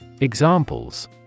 Examples